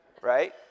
Right